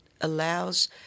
allows